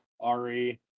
ari